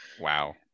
Wow